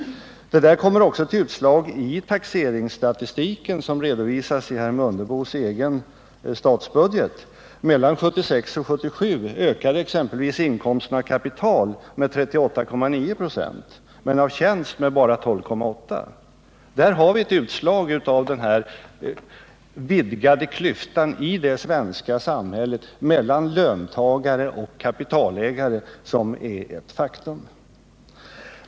Detta ger också utslag i taxeringsstatistiken, som redovisas i herr Mundebos egen statsbudget. Mellan 1976 och 1977 ökade exempelvis inkomsten av kapital med 38,9 26 men av tjänst med bara 12,8. Där har vi ett utslag av den vidgade klyftan i det svenska samhället mellan löntagare och kapitalägare som är ett faktum.